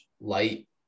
light